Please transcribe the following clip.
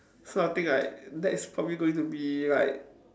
so I think like that is probably going to be like